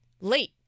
late